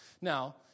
Now